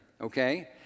Okay